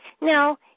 Now